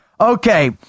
Okay